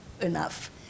enough